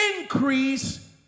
increase